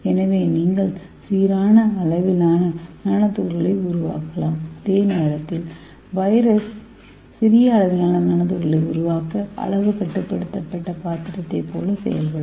எனவே நீங்கள் சீரான அளவிலான நானோ துகள்களை உருவாக்கலாம் அதே நேரத்தில் வைரஸ் சிறிய அளவிலான நானோ துகள்களை உருவாக்க அளவு கட்டுப்படுத்தப்பட்ட பாத்திரத்தைப் போல செயல்படும்